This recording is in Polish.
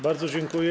Bardzo dziękuję.